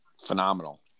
phenomenal